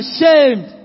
ashamed